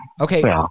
Okay